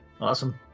awesome